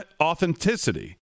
authenticity